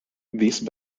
these